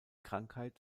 krankheit